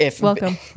Welcome